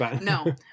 No